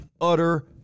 utter